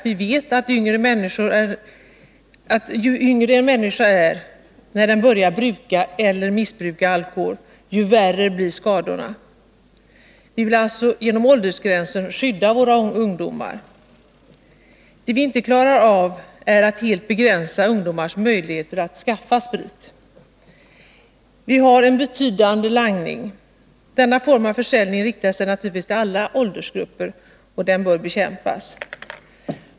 Vi vet att ju yngre en människa är när hon börjar bruka eller missbruka alkohol, desto värre blir skadorna. Vi vill alltså genom åldersgränsen skydda våra ungdomar. Det vi inte klarar av är att helt hindra ungdomar att skaffa sprit. Vi har en betydande langning. Denna form av försäljning riktar sig naturligtvis till alla åldersgrupper och bör bekämpas.